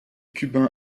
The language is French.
cubain